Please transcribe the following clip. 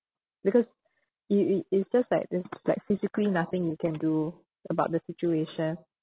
because it it is just like this like physically nothing you can do about the situation